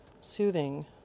soothing